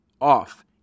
off